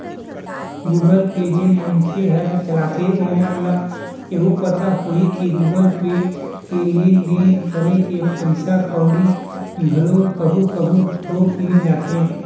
Google Pay जेन मनखे हर चलाथे ओमन ल एहू पता होही कि गुगल पे ले लेन देन करे ले पइसा कउड़ी घलो कभू कभू थोक मिल जाथे